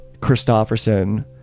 Christopherson